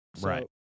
Right